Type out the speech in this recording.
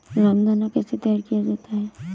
रामदाना कैसे तैयार किया जाता है?